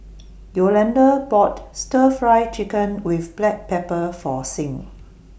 Yolonda bought Stir Fry Chicken with Black Pepper For Sing